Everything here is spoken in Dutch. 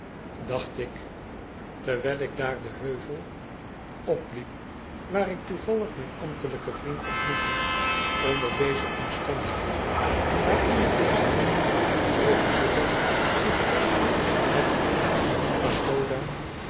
great tasmania terwijl ik daar den heuvel opliep waar ik toevallig mijn ambtelijken vriend ontmoette onder deze omstandigheden waaronder deze mannen zoo gelukkig zich tegen het pagodadepartement